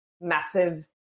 massive